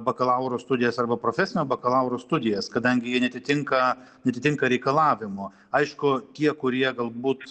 bakalauro studijas arba profesinio bakalauro studijas kadangi jie neatitinka neatitinka reikalavimų aišku tie kurie galbūt